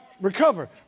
recover